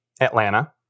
Atlanta